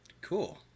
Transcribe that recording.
cool